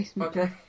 okay